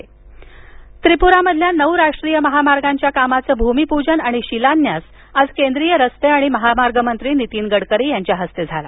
नीतीन गडकरी त्रिपुरामधील नऊ राष्ट्रीय महामार्गांच्या कामाचं भूमिपूजन आणि शिलान्यास आज केंद्रीय रस्ते आणि महामार्ग मंत्री नीतीन गडकरी यांच्या हस्ते आज झालं